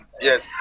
Yes